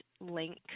link